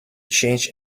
change